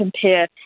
compare